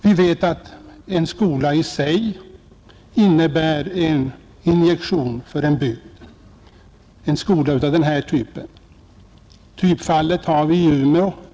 Vi vet ju att en skola av denna typ i sig själv innebär en injektion för en bygd. Typfallet har vi i Umeå.